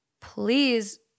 Please